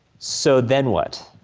so then what?